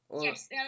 Yes